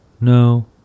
No